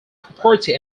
property